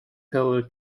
pillar